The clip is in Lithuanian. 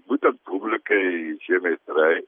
būtent publikai šie meistrai